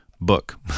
book